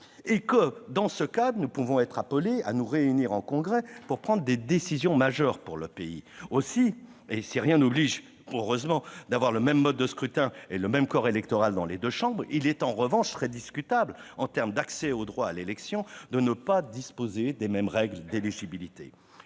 France. Dans ce cadre, nous pouvons être appelés à nous réunir en Congrès pour prendre des décisions majeures pour notre pays. Aussi, si rien n'oblige à avoir le même mode de scrutin et le même corps électoral dans les deux chambres, il est en revanche très discutable, en termes de droit d'accès à l'élection, de ne pas disposer des mêmes règles d'éligibilité.